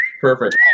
Perfect